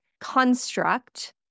construct